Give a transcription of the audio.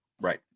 Right